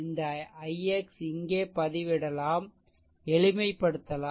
இந்த ix இங்கே பதிவிடலாம் எளிமைப்படுத்தலாம்